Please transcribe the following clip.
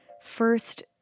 First